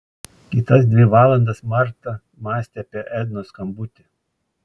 kitas dvi valandas marta mąstė apie ednos skambutį